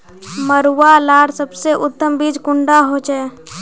मरुआ लार सबसे उत्तम बीज कुंडा होचए?